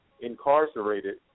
incarcerated